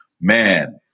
Man